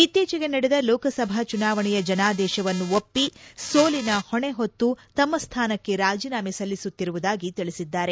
ಇತ್ತೀಚೆಗೆ ನಡೆದ ಲೋಕಸಭಾ ಚುನಾವಣೆಯ ಜನಾದೇಶವನ್ನು ಒಪ್ಪಿ ಸೋಲಿನ ಹೊಣೆಹೊತ್ತು ತಮ್ಮ ಸ್ಥಾನಕ್ಕೆ ರಾಜೀನಾಮೆ ಸಲ್ಲಿಸುತ್ತಿರುವುದಾಗಿ ತಿಳಿಸಿದ್ದಾರೆ